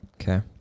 Okay